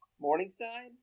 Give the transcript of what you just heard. Morningside